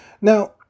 Now